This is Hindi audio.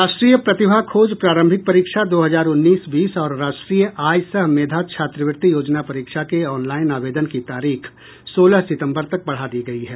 राष्ट्रीय प्रतिभा खोज प्रारंभिक परीक्षा दो हजार उन्नीस बीस और राष्ट्रीय आय सह मेघा छात्रवृत्ति योजना परीक्षा के ऑनलाईन आवेदन की तारीख सोलह सितंबर तक बढ़ा दी गयी है